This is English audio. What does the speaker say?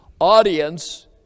audience